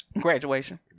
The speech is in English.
Graduation